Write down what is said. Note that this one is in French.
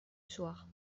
soir